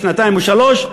שנתיים או שלוש: